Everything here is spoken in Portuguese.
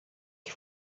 que